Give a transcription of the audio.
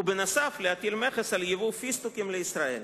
ובנוסף, להטיל מכס על יבוא פיסטוקים לישראל.